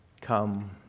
Come